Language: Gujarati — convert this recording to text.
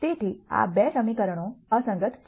તેથી આ 2 સમીકરણો અસંગત છે